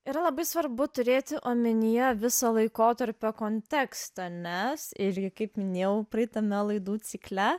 ir labai svarbu turėti omenyje viso laikotarpio kontekstą nes irgi kaip minėjau praeitame laidų cikle